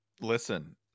listen